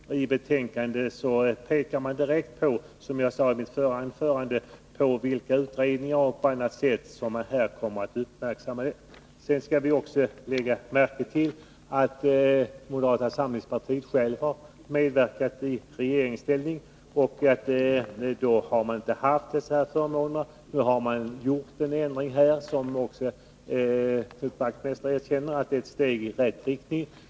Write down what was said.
I betänkandet pekar man, som jag sade i mitt förra anförande, direkt på vilka utredningar som kommer att uppmärksamma det. : Vi skall också lägga märke till att moderata samlingspartiet självt har medverkat i regeringsställning. Då hade man inte dessa förmåner. En ändring har gjorts som även Knut Wachtmeister erkänner är ett steg i rätt riktning.